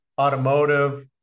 automotive